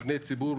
מבני ציבור,